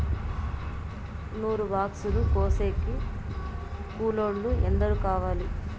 నూరు బాక్సులు కోసేకి కూలోల్లు ఎందరు కావాలి?